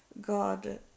God